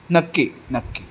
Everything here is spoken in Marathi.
नक्की